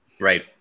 Right